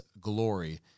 glory